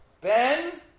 Ben